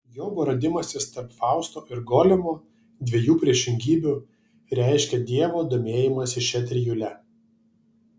jobo radimasis tarp fausto ir golemo dviejų priešingybių reiškia dievo domėjimąsi šia trijule